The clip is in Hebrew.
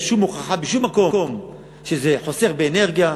אין שום הוכחה בשום מקום שזה חוסך אנרגיה.